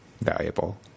valuable